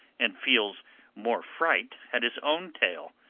and feels more fright at his own tale,